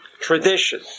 Tradition